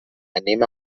anem